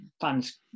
fans